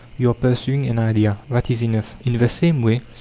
you are pursuing an idea that is enough. in the same way,